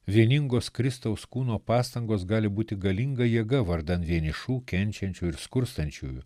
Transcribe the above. vieningos kristaus kūno pastangos gali būti galinga jėga vardan vienišų kenčiančių ir skurstančiųjų